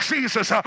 Jesus